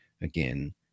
again